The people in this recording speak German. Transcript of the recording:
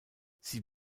sie